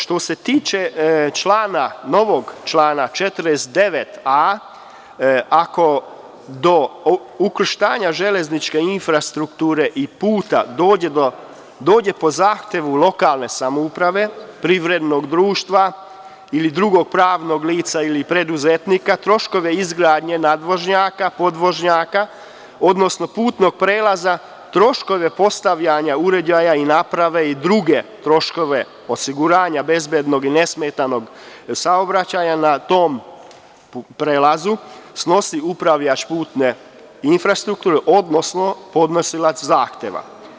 Što se tiče novog člana 49a, ako do ukrštanja železničke infrastrukture i puta dođe po zahtevu lokalne samouprave, privrednog društva ili drugog pravnog lica ili preduzetnika, troškove izgradnje nadvožnjaka, podvožnjaka, odnosno putnog prelaza, troškove postavljanja uređaja i naprave i druge troškove osiguranja bezbednog i nesmetanog saobraćaja na tom prelazu snosi upravljač putne infrastrukture, odnosno podnosilac zahteva.